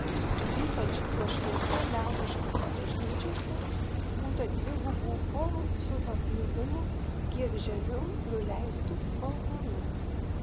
ypač puošniose liaudiškose bažnyčiose būta dvigubų chorų su papildomu kiek žemiau nuleistu balkonu